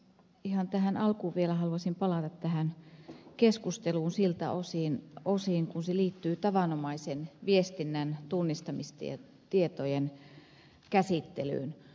ihan tähän alkuun vielä haluaisin palata tähän keskusteluun siltä osin kuin se liittyy tavanomaisen viestinnän tunnistamistietojen käsittelyyn